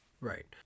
Right